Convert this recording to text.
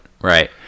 right